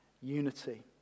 unity